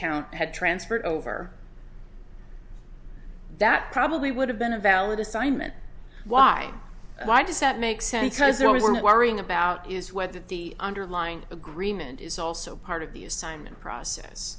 account had transferred over that probably would have been a valid assignment why why does that make sense because they're always worrying about is whether the underlying agreement is also part of the assignment process